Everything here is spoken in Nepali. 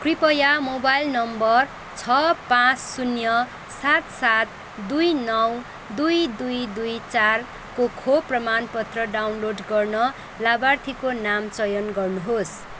कृपया मोबाइल नम्बर छ पाँच शून्य सात सात दुई नौ दुई दुई दुई चारको खोप प्रमाणपत्र डाउनलोड गर्न लाभार्थीको नाम चयन गर्नुहोस्